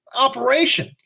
operation